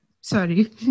Sorry